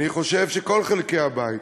אני חושב שכל חלקי הבית,